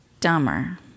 dumber